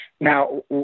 Now